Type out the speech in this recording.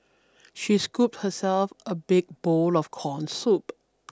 she scooped herself a big bowl of corn soup